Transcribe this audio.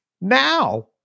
now